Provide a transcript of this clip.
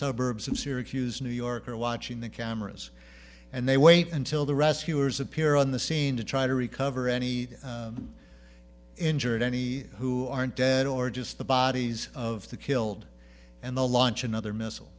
suburbs in syracuse new york are watching the cameras and they wait until the rescuers appear on the scene to try to recover any injured any who aren't dead or just the bodies of the killed and the launch another missile